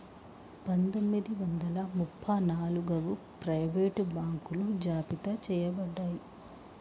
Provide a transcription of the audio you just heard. పందొమ్మిది వందల ముప్ప నాలుగగు ప్రైవేట్ బాంకులు జాబితా చెయ్యబడ్డాయి